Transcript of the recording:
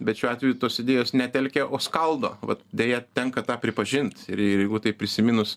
bet šiuo atveju tos idėjos netelkia o skaldo vat deja tenka tą pripažint ir ir jeigu taip prisiminus